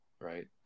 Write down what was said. right